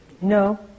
No